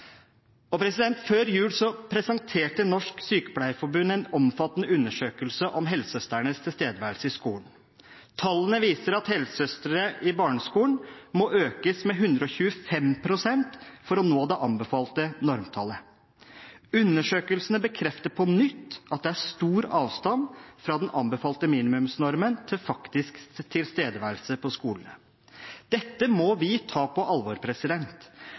Før jul presenterte Norsk Sykepleierforbund en omfattende undersøkelse om helsesøstrenes tilstedeværelse i skolen. Tallene viser at antallet helsesøstre i barneskolen må økes med 125 pst. for å nå det anbefalte normtallet. Undersøkelsene bekrefter på nytt at det er stor avstand fra den anbefalte minimumsnormen til faktisk tilstedeværelse på skolene. Dette må vi ta på alvor,